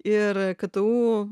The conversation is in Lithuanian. ir ktu